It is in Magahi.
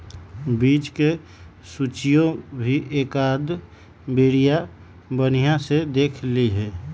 बीज के सूचियो भी एकाद बेरिया बनिहा से देख लीहे